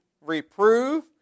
reprove